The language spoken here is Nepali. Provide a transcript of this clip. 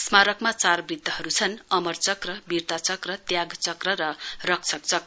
स्मारकमा चार वृत्रहरु छन् अमर चक्र वीरता चक्र त्याग चक्र र रक्षक चक्र